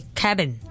cabin